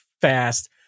fast